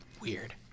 Weird